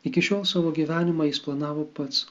iki šiol savo gyvenimą jis planavo pats